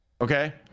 Okay